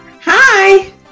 hi